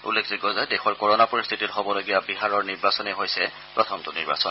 উল্লেখযোগ্য যে দেশৰ কৰ'না পৰিস্থিতিত হ'বলগীয়া বিহাৰৰ নিৰ্বাচনেই হৈছে প্ৰথমটো নিৰ্বাচন